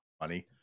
money